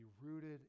rooted